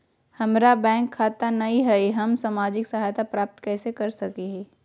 हमार बैंक खाता नई हई, हम सामाजिक सहायता प्राप्त कैसे के सकली हई?